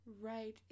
right